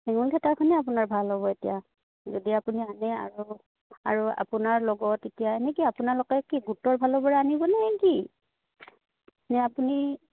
হেঙুল থিয়েটাৰখনে আপোনাৰ ভাল হ'ব এতিয়া যদি আপুনি আনে আৰু আৰু আপোনাৰ লগত এতিয়া এনেকি আপোনালোকে কি গোটৰ ফালৰ পৰা আনিবনে কি নে আপুনি